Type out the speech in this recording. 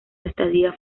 estadía